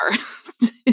first